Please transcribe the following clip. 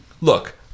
look